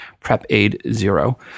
PrepaidZero